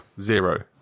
zero